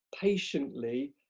patiently